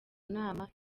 nama